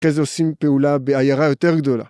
אחרי זה עושים פעולה בעיירה יותר גדולה.